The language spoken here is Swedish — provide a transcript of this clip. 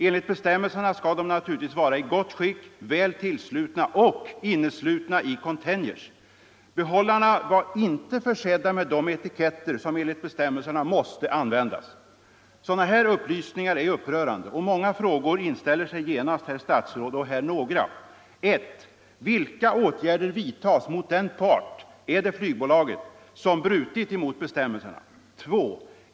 Enligt bestämmelserna skall de naturligtvis vara i gott skick, väl tillslutna och inneslutna i containers. Behållarna var inte försedda med de etiketter som enligt bestämmelserna måste användas. Sådana här upplysningar är upprörande. Många frågor inställer sig genast, herr statsråd! Här några: 2.